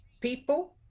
people